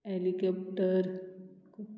helicopter